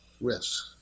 risk